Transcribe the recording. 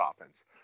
offense